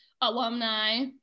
alumni